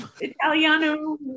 Italiano